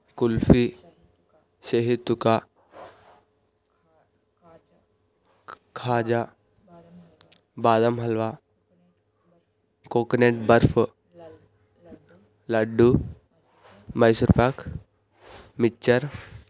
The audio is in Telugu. కుల్ఫీ శహితుత్క కాాజా బాదం హల్వా కోకోనట్ బర్ఫీ లడ్డు మైసూర్పాక్ మిక్స్చర్